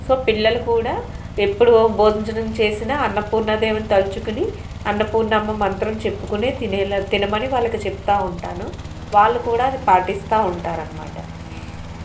so పిల్లలు కూడా ఎప్పుడు భోజనం చేసిన అన్నపూర్ణ దేవిని తలుచుకుని అన్నపూర్ణమ్మ మంత్రం చెప్పుకునే తినేల తినమని వాళ్ళకు చెప్తూ ఉంటాను వాళ్ళు కూడా అది పాటిస్తూ ఉంటారన్నమాట